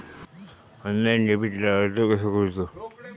Online डेबिटला अर्ज कसो करूचो?